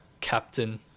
captain